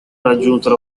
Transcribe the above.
raggiunto